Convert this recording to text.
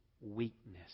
weakness